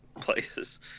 players